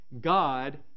God